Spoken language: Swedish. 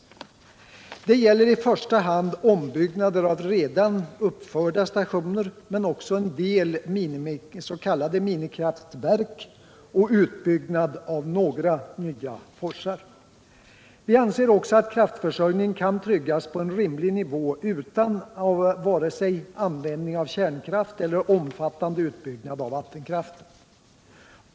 Det gäller i första hand ombyggnader av redan uppförda stationer men också en del s.k. minikraftverk och utbyggnad av några nya forsar. Vi anser också att kraftförsörjningen kan tryggas på en rimlig nivå utan vare sig användning av kärnkraft eller omfattande utbyggnad av vattenkraften.